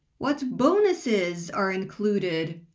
what bonuses are included,